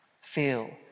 feel